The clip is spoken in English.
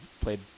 played